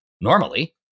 Normally